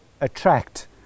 attract